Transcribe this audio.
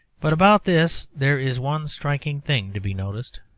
but about this there is one striking thing to be noticed.